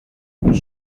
που